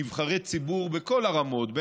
נבחרי ציבור בכל הרמות,